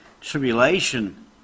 tribulation